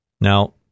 Now